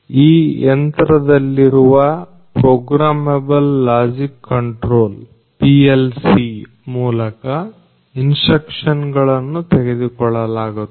ಈ ಯಂತ್ರದಲ್ಲಿರುವ programmable logic controller PLC ಮೂಲಕ ಇನ್ಸ್ಟ್ರಕ್ಷನ್ಗಳನ್ನು ತೆಗೆದುಕೊಳ್ಳಲಾಗುತ್ತದೆ